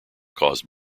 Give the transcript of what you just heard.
caused